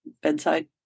bedside